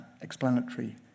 explanatory